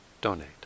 donate